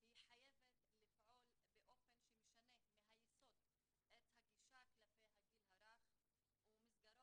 הצעה לדיון מהיר של חברת הכנסת